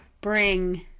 bring